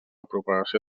propagació